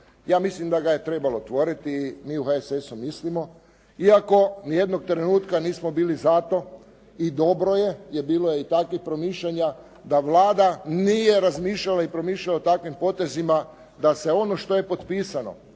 ja mislim da ga je trebalo tvoriti, mi u HSS-u mislimo, iako niti jednog trenutka nismo bili za to, i dobro je, jer bilo je i takvih promišljanja da Vlada nije razmišljala i promišljala o takvim potezima da se ono što je potpisano,